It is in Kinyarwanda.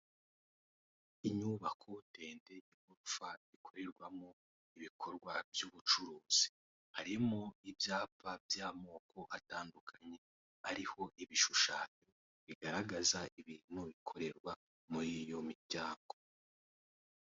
Inyubako ndende y'igorofa ikorerwamo ibikorwa by'ubucuruzi harimo ibyapa by'amoko atandukanye ,hariho ibishushanyo bigaragaza ibintu bikorerwa muri iyo miryango.